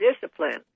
discipline